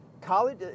college